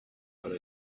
about